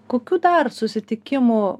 kokių dar susitikimų